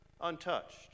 untouched